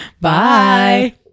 Bye